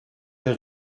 der